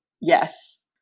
Yes